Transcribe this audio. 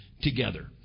together